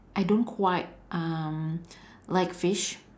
I don't quite um like fish